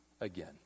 again